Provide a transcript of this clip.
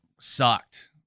sucked